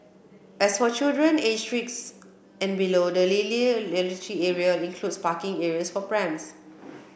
as for children aged six and below the early literacy area includes parking areas for prams